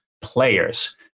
players